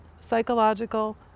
psychological